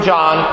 John